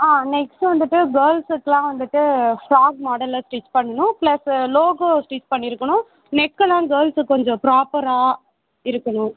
ஆ next வந்துட்டு கேர்ள்ஸ்குலாம் வந்துட்டு ஃப்ராக் மாடலில் ஸ்டிச் பண்ணணும் பிளஸ் லோகோ ஸ்டிச் பண்ணியிருக்கணும் நெக்கெல்லாம் கேர்ள்ஸ்க்கு கொஞ்சம் ப்ராப்பராக இருக்கணும்